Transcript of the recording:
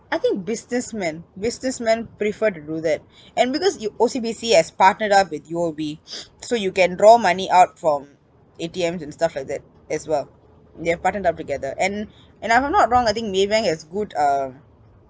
I think businessman businessman prefer to do that and because U~ O_C_B_C has partnered up with U_O_B so you can draw money out from A_T_Ms and stuff like that as well they have partnered up together and and I'm I'm not wrong I think maybank has good uh